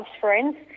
friends